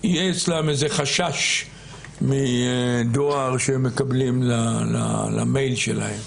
יהיה אצלם איזה חשש מדואר שהם מקבלים למייל שלהם.